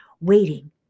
waiting